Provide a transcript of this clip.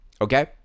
okay